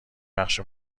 بخش